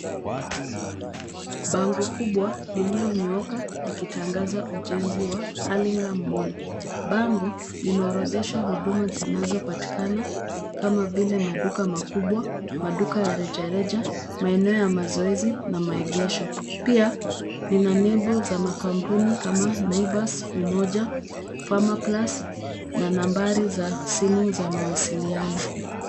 Bango kubwa lililonyooka likitangaza ujenzi wa Hurlingham Mall. Bango linaorodhesha huduma zinazopatikana, kama vile maduka makubwa, maduka ya rejareja, maeneo ya mazoezi na maegesho. Pia, lina nembo za makampuni kama: Naivas, Umoja, Farmerplus, na nambari za simu za mawasiliano.